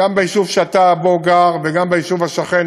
גם ביישוב שאתה גר וגם ביישוב השכן,